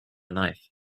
knife